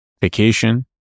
vacation